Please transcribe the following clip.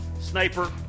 Sniper